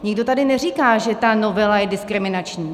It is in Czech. Nikdo tady neříká, že novela je diskriminační.